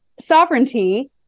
sovereignty